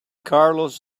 carlos